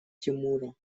тимура